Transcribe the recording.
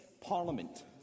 parliament